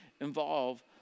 involve